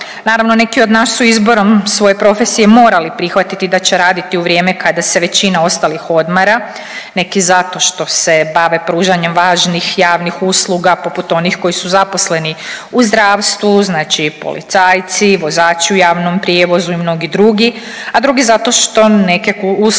Naravno neki od nas su izborom svoje profesije morali prihvatiti da će raditi u vrijeme kada se većina ostalih odmara, neki zato što se bave pružanjem važnih i javnih usluga poput onih koji su zaposleni u zdravstvu, znači policajci, vozači u javnom prijevozu i mnogi drugi, a drugi zato što neke usluge